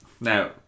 now